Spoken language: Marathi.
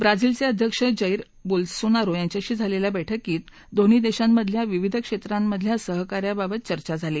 ब्राझीलचे अध्यक्ष जैर बोल्सोनारो यांच्याशी झालेल्या बैठकीत दोन्ही देशांमधल्या विविध क्षेत्रांमधल्या सहकार्याबाबत चर्चा झाली